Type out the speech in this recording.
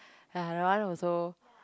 uh that one also